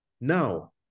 Now